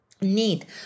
need